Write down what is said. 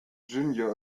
junior